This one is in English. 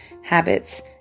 habits